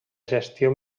gestió